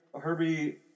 Herbie